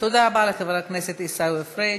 תודה רבה לחבר הכנסת עיסאווי פריג'.